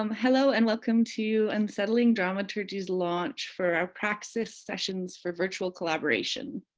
um hello, and welcome to unsettling dramaturgy's launch for our praxis sessions for virtual collaboration.